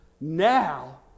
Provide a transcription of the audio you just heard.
now